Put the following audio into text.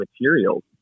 materials